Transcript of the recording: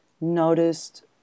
noticed